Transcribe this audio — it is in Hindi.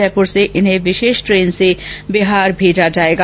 जयपुर से इन्हें विशेष ट्रेन से बिहार भेजा जायेगा